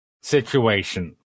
situation